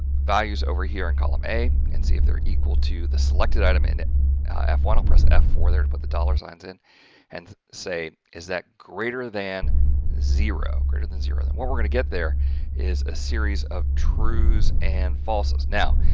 values over here in column a and see if they're equal to the selected item in f one. i'll press f four there to put the dollar signs in and say, is that greater than zero, greater than zero. then, what we're going to get there is a series of trues and falses. now,